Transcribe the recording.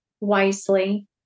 wisely